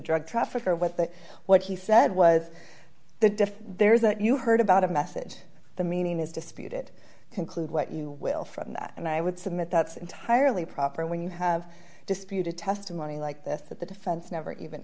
drug trafficker what the what he said was the diff there is that you heard about a message the meaning is disputed conclude what you will from that and i would submit that's entirely proper when you have disputed testimony like this that the defense never even